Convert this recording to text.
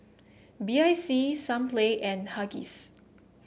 B I C Sunplay and Huggies